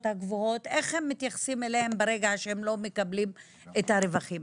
הגבוהות ברגע שהם לא מקבלים את הרווחים.